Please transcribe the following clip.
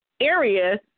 area